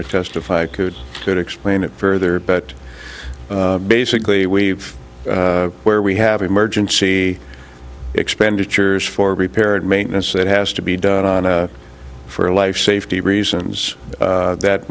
to testify could that explain it further but basically we've where we have emergency expenditures for repair and maintenance that has to be done on for life safety reasons that